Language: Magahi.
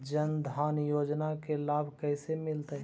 जन धान योजना के लाभ कैसे मिलतै?